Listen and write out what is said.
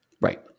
Right